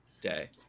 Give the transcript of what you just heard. day